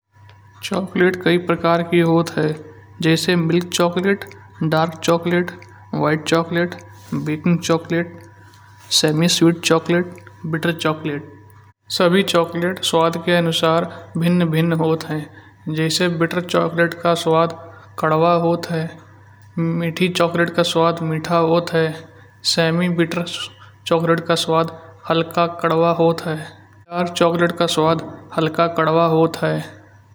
चॉकलेट कई प्रकार के होत हैं जैसे milk chocolate, dark chocolate, white chocolate, baking chocolate, semi sweet chocolate, butter chocolate. सबही चॉकलेट स्वाद के अनुसार भिन्न भिन्न होत हैं जैसे बिट्टर चॉकलेट का स्वाद कड़वा होता है। मीठी चॉकलेट का स्वाद मीठा होता है। सेमी बिट्टर चॉकलेट का स्वाद हलका कड़वा होता है, डार्क चॉकलेट हलका कड़वा होत है।